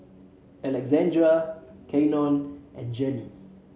Alexandra Keion and Jenny